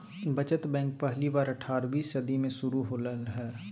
बचत बैंक पहली बार अट्ठारहवीं सदी में शुरू होले हल